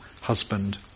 husband